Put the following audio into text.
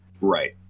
right